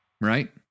right